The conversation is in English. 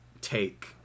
take